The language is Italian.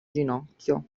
ginocchio